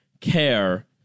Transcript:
care